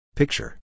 picture